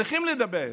צריכים לדבר: